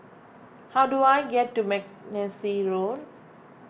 how do I get to Mackenzie Road